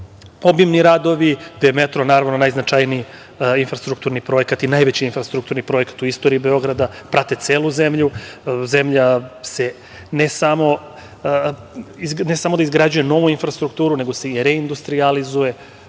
obimni radovi gde je metro, naravno najznačajniji infrastrukturni projekat i najveći infrastrukturni projekat u istoriji Beograda, prate celu zemlju. Zemlja ne samo da izgrađuje novu infrastrukturu, nego se i reindustrializuje,